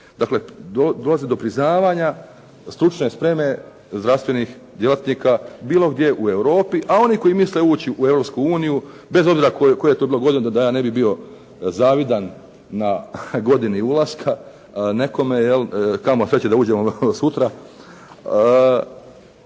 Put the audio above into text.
dakle dolazi do priznavanja stručne spreme zdravstvenih djelatnika bilo gdje u Europi, a oni koji misle ući u Europsku uniju bez obzira koje je to bilo godine, da ja ne bih bio zavidan na godini ulaska nekome jel', kamo sreće da uđemo sutra,